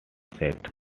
said